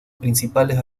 principales